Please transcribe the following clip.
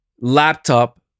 laptop